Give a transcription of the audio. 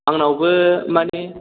आंनावबो माने